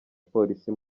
polisi